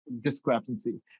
discrepancy